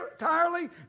entirely